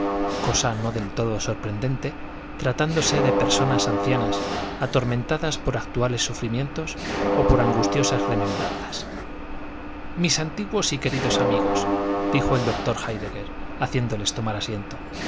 cosa no del todo sorprendente tratándose de personas ancianas atormentadas por actuales sufrimientos o por angustiosas remembranzas mis antiguos y queridos amigos dijo el doctor héidegger haciéndoles tomar asiento